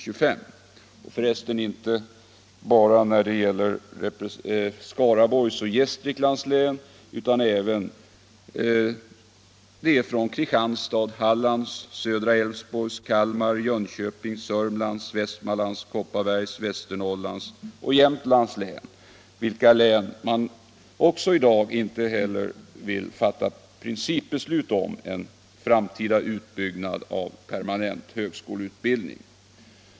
Det skall f. ö. bli intressant att se hur inte bara moderatoch folkpartirepresentanterna från Skaraborgs och Gästriklands län röstar utan även hur deras representanter från Kristianstads, Hallands, södra Älvsborgs, Kalmar, Jönköpings, Södermanlands, Västmanlands, Kopparbergs, Västernorrlands och Jämtlands län kommer att rösta, eftersom man inte heller för de länen i dag vill fatta principbeslut om en framtida utbyggnad av permanent högskoleutbildning.